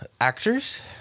Actors